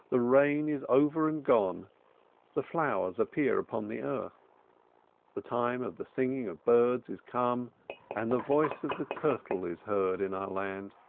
the rain is over and gone the flowers appear upon the earth the time of the singing of birds is come and the voice of the turtle is heard in our land.